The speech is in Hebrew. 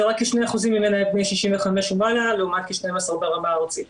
ורק כ-2% ממנה הם בני 65 ומעלה לעומת כ-12% ברמה הארצית.